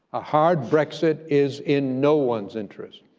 a hard brexit is in no one's interests,